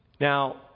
Now